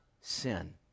sin